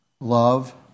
Love